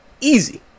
easy